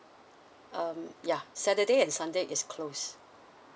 um yeah saturday and sunday is closed